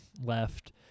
left